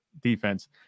defense